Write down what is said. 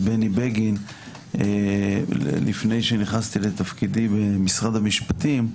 בני בגין לפני שנכנסתי לתפקידי במשרד המשפטים.